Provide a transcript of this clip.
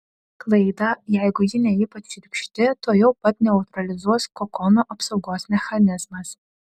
klaidą jeigu ji ne ypač šiurkšti tuojau pat neutralizuos kokono apsaugos mechanizmas